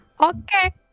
okay